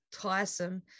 tiresome